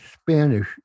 Spanish